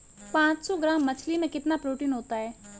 पांच सौ ग्राम मछली में कितना प्रोटीन होता है?